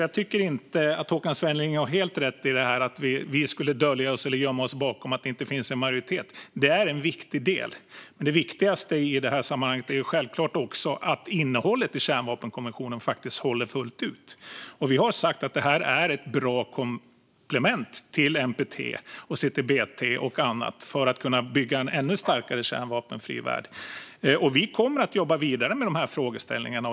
Jag tycker alltså inte att Håkan Svenneling har helt rätt i att vi skulle gömma oss bakom att det inte finns en majoritet. Det är en viktig del. Men det viktigaste i det här sammanhanget är självklart att innehållet i kärnvapenkonventionen håller fullt ut. Vi har sagt att det är ett bra komplement till NPT, CTBT och annat för att kunna bygga en ännu starkare kärnvapenfri värld. Vi kommer att jobba vidare med de här frågeställningarna.